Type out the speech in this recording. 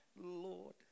Lord